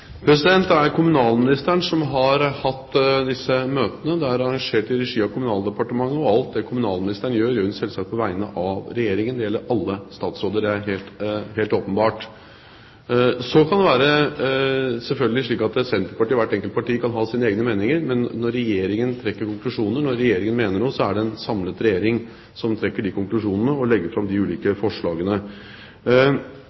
Det er kommunalministeren som har hatt disse møtene, de er arrangert i regi av Kommunaldepartementet. Alt det kommunalministeren gjør, gjør hun selvsagt på vegne av Regjeringen. Det gjelder alle statsråder, det er helt åpenbart. Så kan det selvfølgelig være slik at Senterpartiet og hvert enkelt parti kan ha sine egne meninger – men når Regjeringen trekker konklusjoner, når Regjeringen mener noe, er det en samlet regjering som trekker de konklusjonene og legger fram de ulike